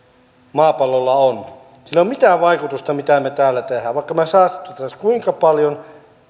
maapallolla on sillä ei ole mitään vaikutusta mitä me täällä teemme vaikka me saastuttaisimme kuinka paljon